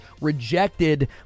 rejected